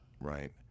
right